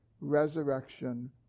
resurrection